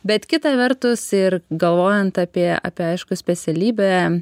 bet kita vertus ir galvojant apie apie aišku specialybę